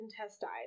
intestine